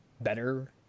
better